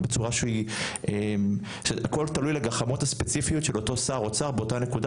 או בצורה שהכל תלוי לגחמות הספציפיות של אותו שר אוצר באותה נקודה,